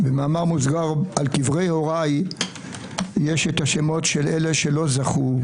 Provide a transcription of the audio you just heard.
במאמר מוסדר - על קברי הוריי יש השמות של אלה שלא זכו,